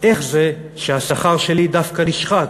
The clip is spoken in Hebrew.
איך זה שהשכר שלי דווקא נשחק,